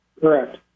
correct